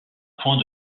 point